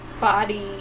body